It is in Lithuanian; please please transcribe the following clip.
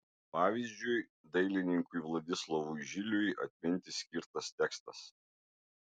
pavyzdžiui dailininkui vladislovui žiliui atminti skirtas tekstas